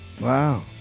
Wow